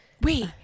Wait